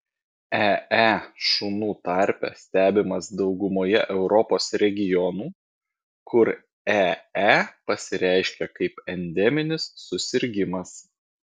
ee šunų tarpe stebimas daugumoje europos regionų kur ee pasireiškia kaip endeminis susirgimas